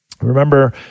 Remember